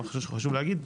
מה שחשוב להגיד,